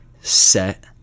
set